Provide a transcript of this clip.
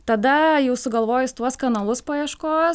tada jau sugalvojus tuos kanalus paieškos